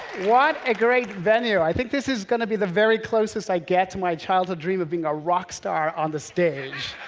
what a great venue. i think this is going to be the very closest i get to my childhood dream of being a rock star on the stage.